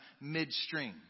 midstream